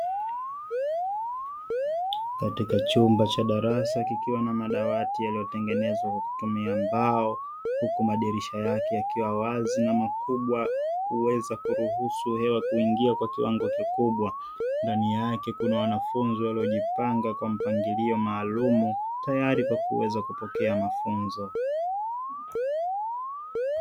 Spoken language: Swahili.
Katika chumba cha darasa kikiwa na madawati yaliyotengenezwa kwa kutumia mbao, huku madirisha yake yakiwa wazi na makubwa kuweza kuruhusu hewa kuingia kwa kiwango kikubwa, ndani yake kuna wanafunzi waliojipanga kwa mpangilio maalumu tayari kwa kuweza kupoke mafunzo.